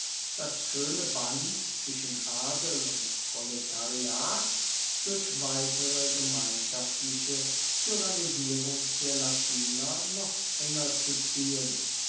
das schöne band zwischen adel und proletariat durch weitere gemeinschaftliche tyrannisierung der latiner noch enger zu ziehen